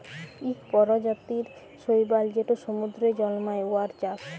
ইক পরজাতির শৈবাল যেট সমুদ্দুরে জল্মায়, উয়ার চাষ